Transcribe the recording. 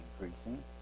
increasing